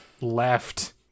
left